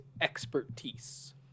expertise